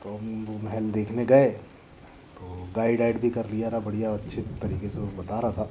तो हम वो महल देखने गए तो गाइड आइड भी कर लिया रहा बढ़िया अच्छे तरीके से वो बता रहा था